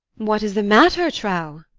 what is the matter, trow?